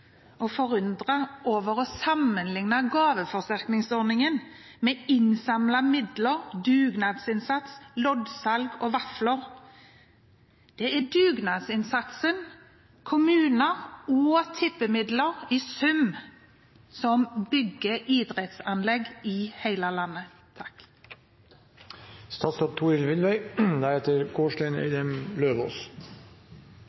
og forundret over at man sammenligner gaveforsterkningsordningen med innsamlede midler, dugnadsinnsats, loddsalg og vafler. Det er dugnadsinnsatsen, kommuner og tippemidler i sum som bygger idrettsanlegg i hele landet.